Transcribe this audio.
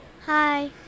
Hi